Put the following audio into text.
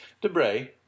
Debray